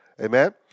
Amen